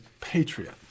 patriot